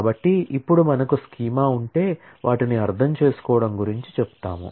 కాబట్టి ఇప్పుడు మనకు స్కీమా ఉంటే వాటిని అర్థం చేసుకోవడం గురించి చెప్తాము